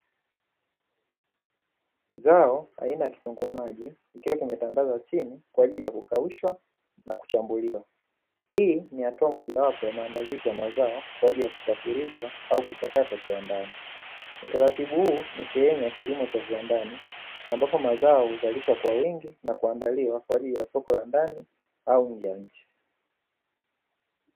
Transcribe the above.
Zao aina ya kitunguu maji, kikiwa kimetandazwa chini kwa ajili ya kukaushwa na kuchambuliwa. Hii ni hatua mojawapo ya maandalizi ya mazao kwa ajili ya kusafirisha au kuchakata viwandani. Utaratibu huu ni sehemu ya kilimo cha viwandani, ambapo mazao huzalishwa kwa wingi na kuandaliwa kwa ajili ya soko la ndani au la nje.